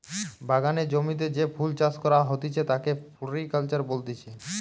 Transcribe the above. বাগানের জমিতে যে ফুল চাষ করা হতিছে তাকে ফ্লোরিকালচার বলতিছে